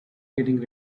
getting